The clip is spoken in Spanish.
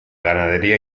ganadería